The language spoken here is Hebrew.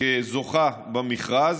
כזוכה במכרז,